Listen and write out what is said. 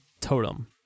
totem